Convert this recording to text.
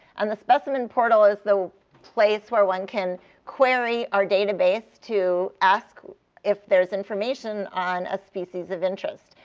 and the specimen portal is the place where one can query our database to ask if there's information on a species of interest.